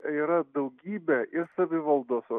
yra daugybė ir savivaldos